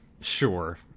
sure